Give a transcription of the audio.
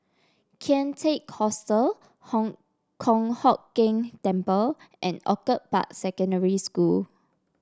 Kian Teck Hostel Hong Kong Hock Keng Temple and Orchid Park Secondary School